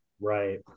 Right